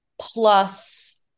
plus